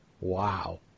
Wow